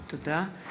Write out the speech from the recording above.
תודה.